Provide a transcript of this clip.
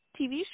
TV